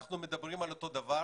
אנחנו מדברים על אותו דבר